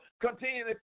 Continue